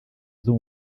izo